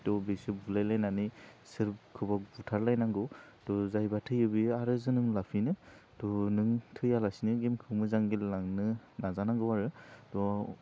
थह बेसोर बुलायनानै सोरखौबा बुथारलायनांगौ थह जायबा थैयो बियो आरो जोनोम लाफिनो थह नों थैयालासिनो गेमखौ मोजां गेलेलांनो नाजानांगौ आरो थह